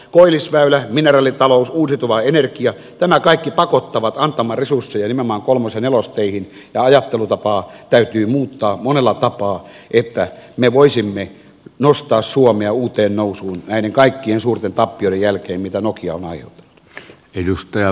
koillisväylä mineraalitalous uusiutuva energia nämä kaikki pakottavat antamaan resursseja nimenomaan kolmos ja nelostiehen ja ajattelutapaa täytyy muuttaa monella tapaa että me voisimme nostaa suomea uuteen nousuun näiden kaikkien suurten tappioiden jälkeen mitä nokia on aiheuttanut